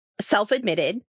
self-admitted